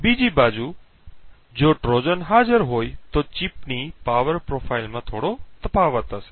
બીજી બાજુ જો ટ્રોજન હાજર હોય તો ચિપની પાવર પ્રોફાઇલમાં થોડો તફાવત હશે